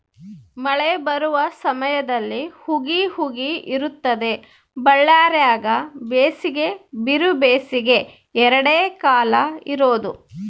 ಮಳೆ ಬರುವ ಸಮಯದಲ್ಲಿ ಹುಗಿ ಹುಗಿ ಇರುತ್ತದೆ ಬಳ್ಳಾರ್ಯಾಗ ಬೇಸಿಗೆ ಬಿರುಬೇಸಿಗೆ ಎರಡೇ ಕಾಲ ಇರೋದು